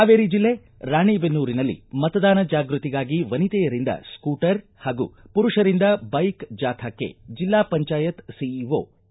ಹಾವೇರಿ ಜಿಲ್ಲೆ ರಾಣಿಬೆನ್ನೂರಿನಲ್ಲಿ ಮತದಾನ ಜಾಗೃತಿಗಾಗಿ ವನಿತೆಯರಿಂದ ಸ್ಕೂಟರ್ ಹಾಗೂ ಪುರುಷರಿಂದ ಬೈಕ್ ಜಾಥಾಕ್ಕೆ ಜಿಲ್ಲಾ ಪಂಚಾಯತ್ ಸಿಇಓ ಕೆ